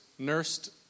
nursed